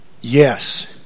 yes